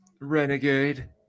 Renegade